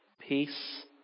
Peace